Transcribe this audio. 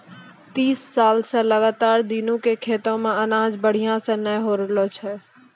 तीस साल स लगातार दीनू के खेतो मॅ अनाज बढ़िया स नय होय रहॅलो छै